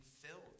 filled